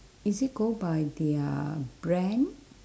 is it go by their brand